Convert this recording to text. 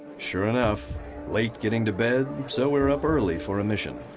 sure enough late getting to bed, so we're up early for a mission.